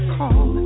call